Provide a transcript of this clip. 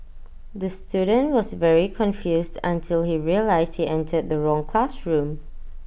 the student was very confused until he realised he entered the wrong classroom